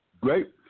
great